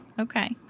okay